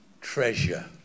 treasure